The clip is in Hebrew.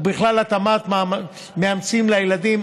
ובכלל התאמת מאמצים לילדים,